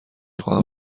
خواهم